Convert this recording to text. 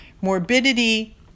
morbidity